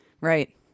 Right